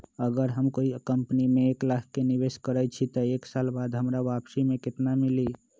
अगर हम कोई कंपनी में एक लाख के निवेस करईछी त एक साल बाद हमरा वापसी में केतना मिली?